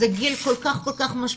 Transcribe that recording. זה גיל כל כך משמעותי,